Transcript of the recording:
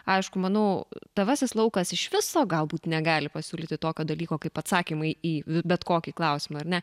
aišku manau tavasis laukas iš viso galbūt negali pasiūlyti tokio dalyko kaip atsakymai į bet kokį klausimą ar ne